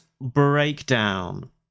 breakdown